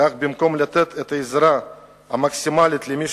כך, במקום לתת את העזרה המקסימלית למי